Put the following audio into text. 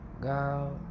Girl